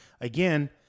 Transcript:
again